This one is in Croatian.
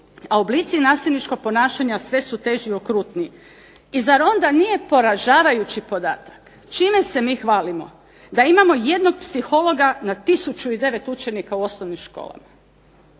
a oblici nasilničkog ponašanja sve su teži i okrutniji. I zar onda nije poražavajući podatak, čime se mi hvalimo? Da imamo jednog psihologa na 1009 učenika u osnovnim školama.